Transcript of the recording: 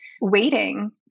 waiting